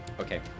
Okay